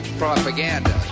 propaganda